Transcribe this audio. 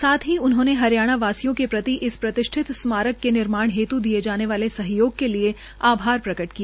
साथ ही उन्होंने हरियाणा वासियों के प्रति इस प्रतिष्ठित स्मारक के निर्माण हेत् दिए जाने वाले सहयोग के लिए आभार प्रकट किया